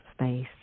space